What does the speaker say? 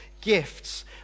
gifts